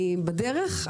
אני בדרך,